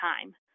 time